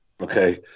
Okay